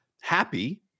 happy